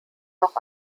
noch